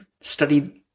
studied